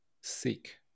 seek